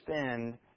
spend